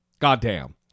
Goddamn